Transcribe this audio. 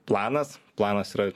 planas planas yra